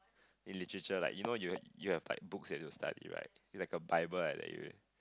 in literature like you know you you have like books you have to study right it's like a Bible like that you